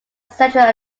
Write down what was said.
central